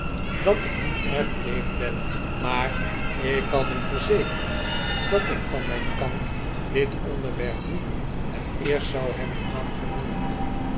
dat ik niet erg beleefd ben maar ik kan u verzekeren dat ik van mijn kant dit onderwerp niet het eerst zou hebben aangeroerd